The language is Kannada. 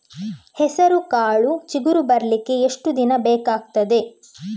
ಹೆಸರುಕಾಳು ಚಿಗುರು ಬರ್ಲಿಕ್ಕೆ ಎಷ್ಟು ದಿನ ಬೇಕಗ್ತಾದೆ?